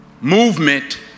movement